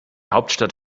hauptstadt